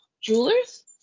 jewelers